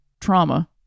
trauma